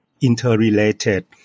interrelated